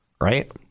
Right